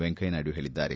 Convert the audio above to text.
ವೆಂಕಯ್ಲ ನಾಯ್ದು ಹೇಳಿದ್ದಾರೆ